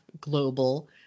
global